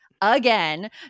again